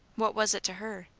what was it to her?